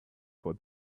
for